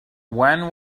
when